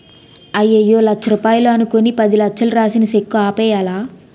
అయ్యయ్యో లచ్చ రూపాయలు అనుకుని పదిలచ్చలు రాసిన సెక్కు ఆపేయ్యాలా